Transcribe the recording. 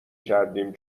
کردیم